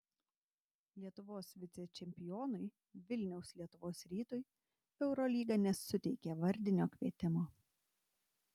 lietuvos vicečempionui vilniaus lietuvos rytui eurolyga nesuteikė vardinio kvietimo